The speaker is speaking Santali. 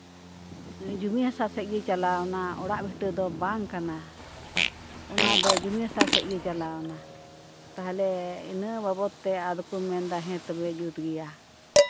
ᱡᱚᱢᱤ ᱦᱟᱥᱟ ᱥᱮᱫ ᱜᱮ ᱪᱟᱞᱟᱣᱱᱟ ᱚᱲᱟᱜ ᱵᱷᱤᱴᱟᱹ ᱫᱚ ᱵᱟᱝ ᱠᱟᱱᱟ ᱚᱱᱟ ᱫᱚ ᱡᱚᱢᱤ ᱦᱟᱥᱟ ᱥᱮᱫ ᱜᱮ ᱪᱟᱞᱟᱣᱱᱟ ᱛᱟᱦᱞᱮ ᱤᱱᱟᱹ ᱵᱟᱵᱚᱫ ᱛᱮ ᱟᱨᱦᱚᱸ ᱠᱚ ᱢᱮᱱᱫᱟ ᱦᱮᱸ ᱛᱚᱵᱮ ᱡᱩᱛ ᱜᱮᱭᱟ